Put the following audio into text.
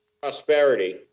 prosperity